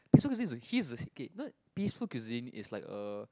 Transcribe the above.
peaceful cuisine he's a okay you know peaceful cuisine is like a